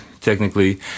technically